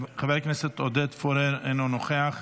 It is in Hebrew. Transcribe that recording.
חבר הכנסת עודד פורר, אינו נוכח.